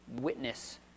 witness